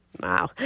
Wow